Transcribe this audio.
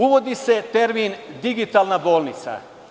Uvodi se termin digitalna bolnica.